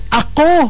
ako